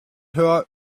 her